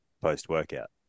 post-workout